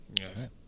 Yes